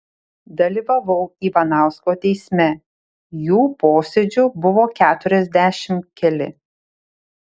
dalyvavau ivanausko teisme jų posėdžių buvo keturiasdešimt keli